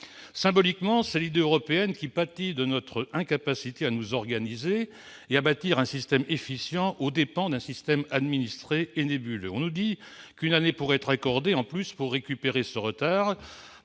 Symboliquement, c'est l'idée européenne qui pâtit de notre incapacité à nous organiser et à bâtir un système efficient aux dépens d'un système administré et nébuleux. On nous dit qu'une année pourrait être accordée en plus pour récupérer ce retard.